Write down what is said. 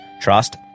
trust